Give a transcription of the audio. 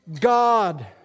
God